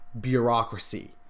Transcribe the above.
bureaucracy